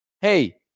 Hey